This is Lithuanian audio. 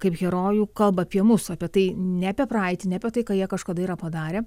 kaip herojų kalba apie mus apie tai ne apie praeitį ne apie tai ką jie kažkada yra padarę